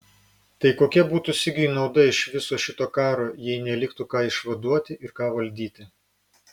tai kokia būtų sigiui nauda iš viso šito karo jei neliktų ką išvaduoti ir ką valdyti